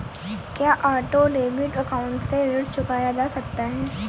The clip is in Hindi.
क्या ऑटो डेबिट अकाउंट से ऋण चुकाया जा सकता है?